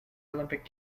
olympic